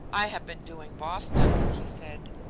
i have been doing boston, he said.